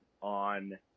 on